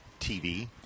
TV